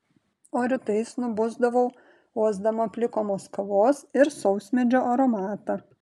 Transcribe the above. o rytais nubusdavau uosdama plikomos kavos ir sausmedžio aromatą